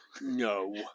No